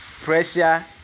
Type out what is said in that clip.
pressure